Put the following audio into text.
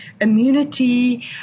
immunity